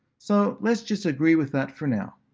so let's just agree with that for now.